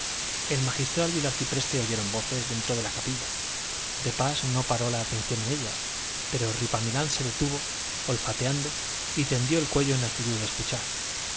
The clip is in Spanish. el magistral y el arcipreste oyeron voces dentro de la capilla de pas no paró la atención en ellas pero ripamilán se detuvo olfateando y tendió el cuello en actitud de escuchar